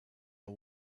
the